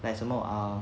like 什么 err